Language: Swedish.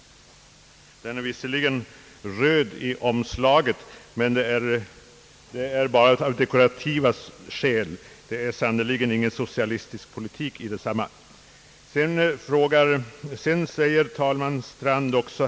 Den är visserligen röd på omslaget men det är bara av dekorativa skäl — någon socialistisk politik finns det sannerligen inte i den.